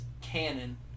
canon